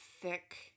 thick